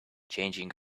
changing